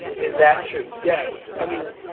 is that true? yes. i mean,